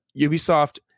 Ubisoft